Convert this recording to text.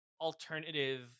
alternative